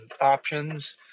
options